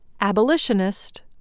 abolitionist